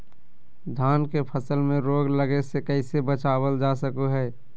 धान के फसल में रोग लगे से कैसे बचाबल जा सको हय?